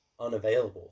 unavailable